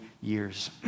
years